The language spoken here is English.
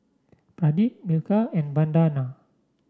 Pradip Milkha and Vandana